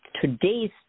today's